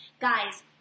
Guys